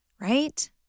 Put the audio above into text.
right